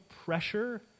Pressure